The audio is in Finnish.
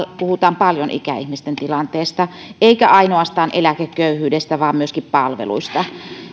puhutaan paljon ikäihmisten tilanteesta eikä ainoastaan eläkeköyhyydestä vaan myöskin palveluista